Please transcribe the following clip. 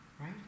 right